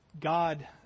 God